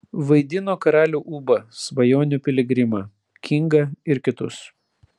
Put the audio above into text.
vaidino karalių ūbą svajonių piligrimą kingą ir kitus